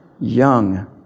young